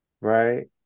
right